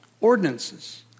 ordinances